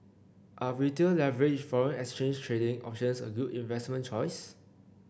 are Retail leveraged foreign exchange trading options a good investment choice